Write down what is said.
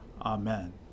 Amen